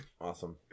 Awesome